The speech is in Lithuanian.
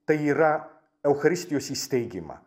tai yra eucharistijos įsteigimą